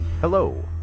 Hello